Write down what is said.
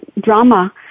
drama